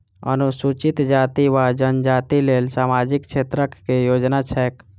अनुसूचित जाति वा जनजाति लेल सामाजिक क्षेत्रक केँ योजना छैक?